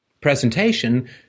presentation